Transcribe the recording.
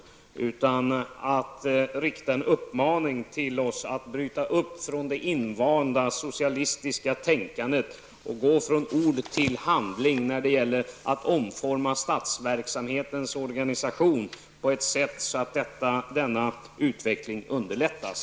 Min avsikt var att rikta en uppmaning till oss att bryta upp från det invanda socialistiska tänkandet och gå från ord till handling när det gäller att omforma statsverksamhetens organisation på ett sådant sätt att denna utveckling underlättas.